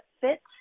fit